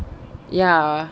ya